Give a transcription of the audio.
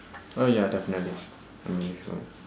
oh ya definitely I mean sure